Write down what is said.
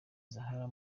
zahara